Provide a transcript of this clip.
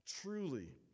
Truly